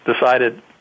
decided